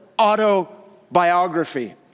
autobiography